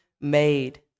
made